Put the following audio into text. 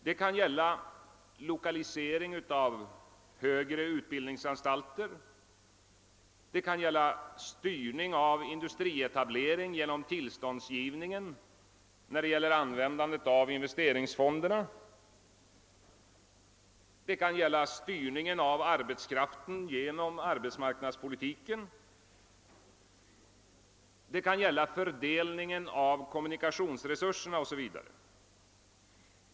Det kan gälla lokaliseringen av högre utbildningsanstalter, det kan gälla styrning av industrietablering genom tillståndsgivning vid användande av investeringsfonderna, det kan gälla styrning av arbetskraften genom arbetsmarknadspolitiken, det kan gälla fördelningen av kommunikationsresurserna 0. s. Vv.